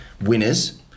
winners